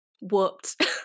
whooped